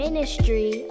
Ministry